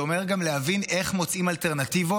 זה אומר גם להבין איך מוצאים אלטרנטיבות